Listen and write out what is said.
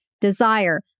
desire